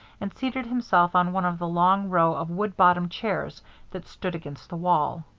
and seated himself on one of the long row of wood-bottomed chairs that stood against the wall.